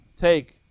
take